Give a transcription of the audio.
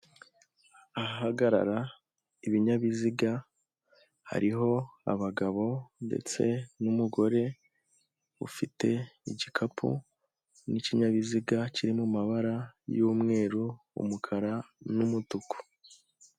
Ahahagarara ibinyabiziga hariho abagabo ndetse n'umugore ufite igikapu n'ikinyabiziga kiri mu mabara y'umweru, umukara n'umutuku.